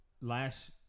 last